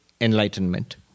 enlightenment